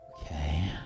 Okay